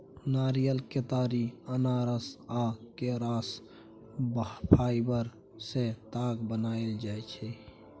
नारियर, केतारी, अनानास आ केराक फाइबर सँ ताग बनाएल जाइ छै